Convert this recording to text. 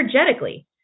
energetically